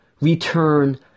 return